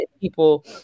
people